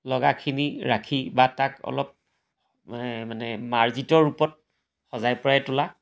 লগাখিনি ৰাখি বা তাক অলপ মানে মানে মাৰ্জিত ৰূপত সজাই পৰাই তোলা